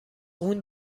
اون